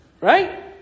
Right